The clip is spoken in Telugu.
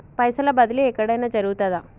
పైసల బదిలీ ఎక్కడయిన జరుగుతదా?